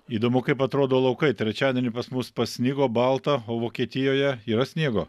įdomu kaip atrodo laukai trečiadienį pas mus pasnigo balta o vokietijoje yra sniego